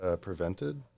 prevented